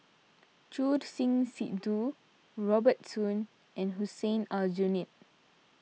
Choor Singh Sidhu Robert Soon and Hussein Aljunied